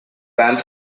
banned